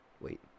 wait